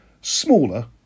smaller